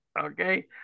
Okay